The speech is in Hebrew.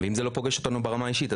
מי שזה לא פוגש אותו ברמה האישית,